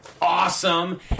awesome